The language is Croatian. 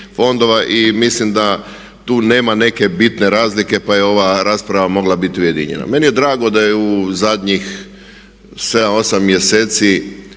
fondova. I mislim da tu nema neke bitne razlike pa je ova rasprava mogla biti ujedinjena. Meni je drago da je u zadnjih 7, 8 mjeseci